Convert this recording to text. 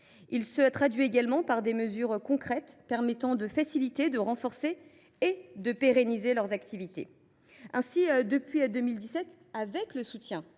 il se traduit également par des mesures concrètes permettant de faciliter et de pérenniser leurs activités. Ainsi, depuis 2017, avec le soutien